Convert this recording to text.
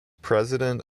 president